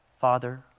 Father